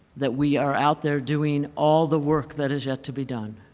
that we are out there doing all the work that is yet to be done.